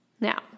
Now